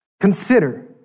consider